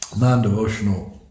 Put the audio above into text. Non-devotional